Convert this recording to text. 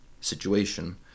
situation